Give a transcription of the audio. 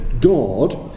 God